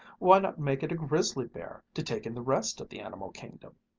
why not make it grizzly bear, to take in the rest of the animal kingdom?